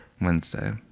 wednesday